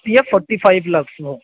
कियत् forty five lakhs वा